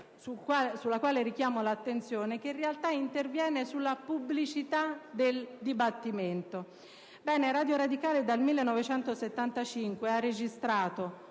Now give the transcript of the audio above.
su cui richiamo l'attenzione - che, in realtà, interviene sulla pubblicità del dibattimento.